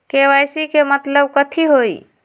KYC के मतलब कथी होई?